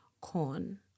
Corn